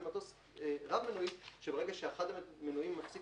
למטוס רב מנועי שברגע שאחד המנועים מפסיק